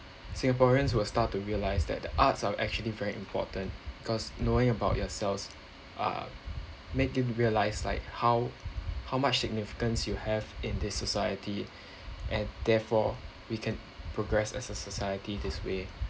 singaporeans will start to realize that the arts are actually very important because knowing about yourselves uh made you realize like how how much significance you have in this society and therefore we can progress as a society this way